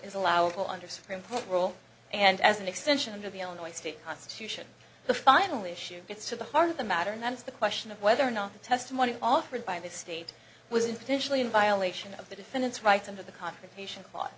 is allowable under supreme court rule and as an extension to the illinois state constitution the final issue gets to the heart of the matter and that's the question of whether or not the testimony offered by the state was intentionally in violation of the defendant's rights under the confrontation clau